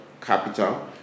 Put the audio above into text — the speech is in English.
capital